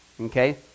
okay